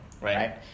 Right